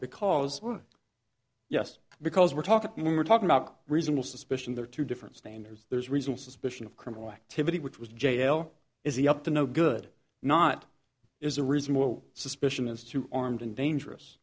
because we're yes because we're talking when we're talking about reasonable suspicion there are two different standards there's reason suspicion of criminal activity which was jail is he up to no good not is a reasonable suspicion as to armed and dangerous